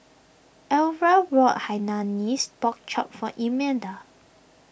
Elva bought Hainanese Pork Chop for Imelda